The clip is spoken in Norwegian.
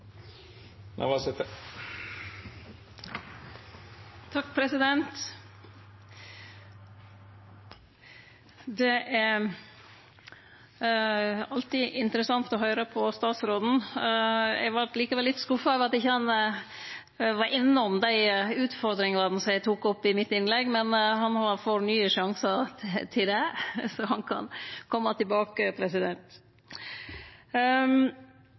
utvikling. Det er alltid interessant å høyre på statsråden. Eg vart likevel litt skuffa over at han ikkje var innom dei utfordringane eg tok opp i innlegget mitt, men han får nye sjansar til det, så han kan kome tilbake.